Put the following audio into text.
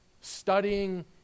studying